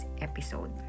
episode